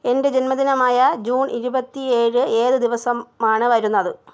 എന്റെ ജന്മദിനമായ ജൂൺ ഇരുപത്തി ഏഴ് ഏതു ദിവസമാണ് വരുന്നത്